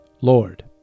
Lord